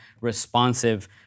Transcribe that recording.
responsive